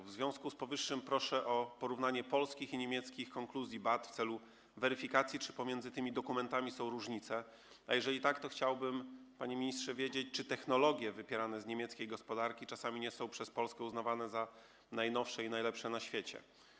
W związku z powyższym proszę o porównanie polskich i niemieckich konkluzji BAT w celu weryfikacji, czy pomiędzy tymi dokumentami są różnice, a jeżeli tak, to chciałbym, panie ministrze, wiedzieć, czy technologie wypierane z niemieckiej gospodarki czasami nie są przez Polskę uznawane za najnowsze i najlepsze na świecie.